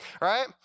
right